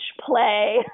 play